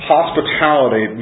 Hospitality